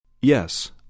Yes